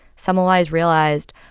semmelweis realized,